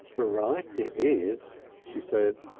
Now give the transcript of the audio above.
bright it is! she said.